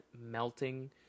melting